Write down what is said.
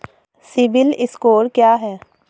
CIBIL score क्या है?